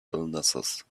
illnesses